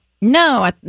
No